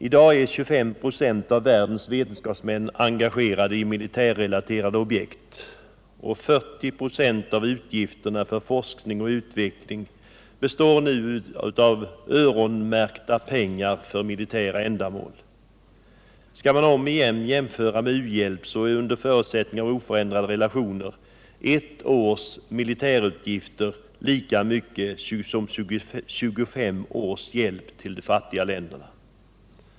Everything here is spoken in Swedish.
I dag är 25 96 av världens vetenskapsmän engagerade i militärrelaterade objekt, och 40 96 av utgifterna för forskning och utveckling består nu av öronmärkta pengar för militära ändamål. Skall man om igen jämföra med uhjälp så är, under förutsättning av oförändrade relationer, ett års militärutgifter lika mycket som 25 års hjälp till de fattiga länderna.